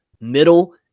Middle